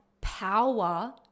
power